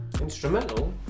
Instrumental